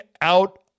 out